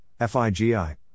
FIGI